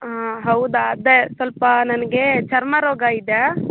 ಆ ಹೌದಾ ಅದೇ ಸ್ವಲ್ಪ ನನಗೆ ಚರ್ಮ ರೋಗ ಇದೆ